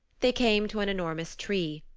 they came to an enormous tree.